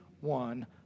one